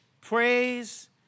Praise